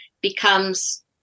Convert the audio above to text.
becomes